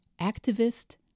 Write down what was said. activist